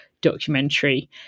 documentary